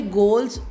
goals